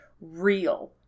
real